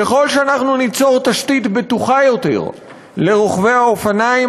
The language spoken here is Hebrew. ככל שאנחנו ניצור תשתית בטוחה יותר לרוכבי האופניים,